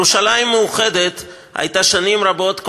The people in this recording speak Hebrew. ירושלים מאוחדת הייתה שנים רבות,